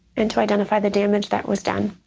and to identify the damage that was done.